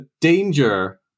danger